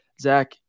Zach